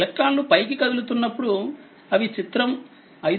ఎలక్ట్రాన్లు పైకి కదులుతున్నప్పుడు అవి చిత్రం 5